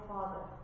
Father